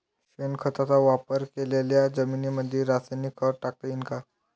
शेणखताचा वापर केलेल्या जमीनीमंदी रासायनिक खत टाकता येईन का?